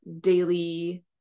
daily